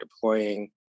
deploying